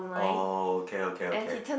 oh okay okay okay